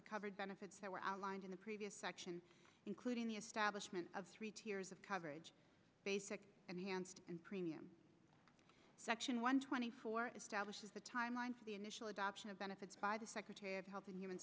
the covered benefits that were outlined in the previous section including the establishment of three tiers of coverage basic and hands and premium section one twenty four establishes the time line for the initial adoption of benefits by the secretary of health and human